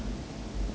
plug 在哪里